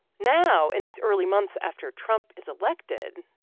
now in these early months after trump is elected,